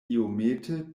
iomete